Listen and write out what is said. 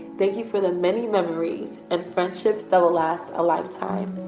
thank you for the many memories and friendships that will last a lifetime.